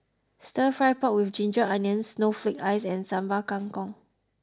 Stir Fry Pork with Ginger Onions Snowflake Ice and Sambal Kangkong